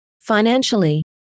financially